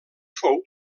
fou